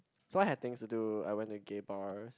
so I had things to do I went to gay bars